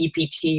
EPT